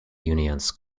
unions